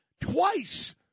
twice